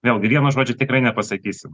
vėlgi vieno žodžio tikrai nepasakysiu